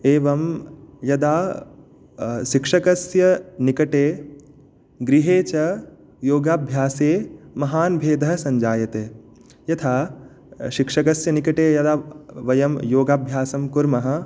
एवं यदा शिक्षकस्य निकटे गृहे च योगाभ्यासे महान् भेदः सञ्जायते यथा शिक्षकस्य निकटे यदा वयं योगाभ्यासं कुर्मः